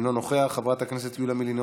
אינו נוכח, חברת הכנסת יוליה מלינובסקי,